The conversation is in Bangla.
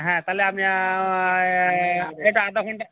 হ্যাঁ তাহলে আমি এ এটা আধ ঘণ্টা